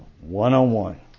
one-on-one